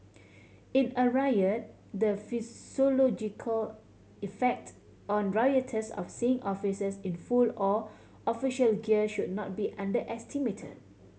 in a riot the psychological effect on rioters of seeing officers in full or official gear should not be underestimate